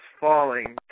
Falling